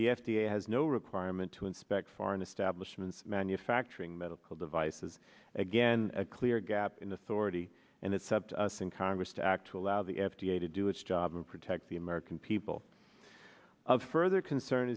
the f d a has no requirement to inspect foreign establishment manufacturing medical devices again a clear gap in authority and it's up to us and congress to act to allow the f d a to do its job and protect the american people of further concern